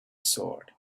sword